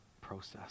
process